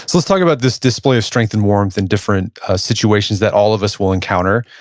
let's talk about this display of strength and warmth in different ah situations that all of us will encounter.